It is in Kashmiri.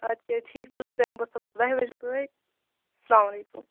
اَد کیاہ ٹھیٖک تیٚلہِ حظ یِم بہٕ بَہہِ بَجہِ بٲغۍ السلامُ علیکُم